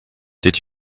did